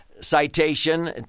citation